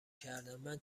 کردندمن